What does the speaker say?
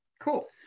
cool